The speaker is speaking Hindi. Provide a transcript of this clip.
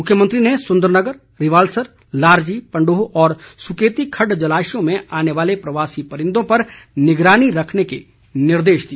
मुख्यमंत्री ने सुंदरनगर रिवाल्सर लारजी पंडोह और स्केती खड़ड जलाशयों में आने वाले प्रवासी परिंदों पर निगरानी रखने के निर्देश दिए